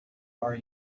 are